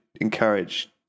Encourage